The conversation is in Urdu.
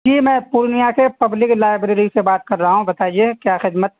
جی میں پورنیہ سے پبلک لائبریری سے بات کر رہا ہوں بتائیے کیا خدمت